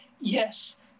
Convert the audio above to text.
Yes